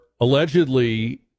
allegedly